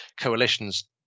coalitions